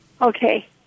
Okay